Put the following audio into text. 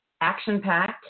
Action-packed